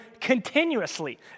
continuously